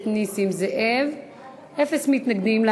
אפס מתנגדים.